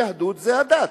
היהדות זה הדת,